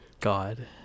God